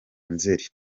nzeri